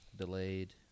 Delayed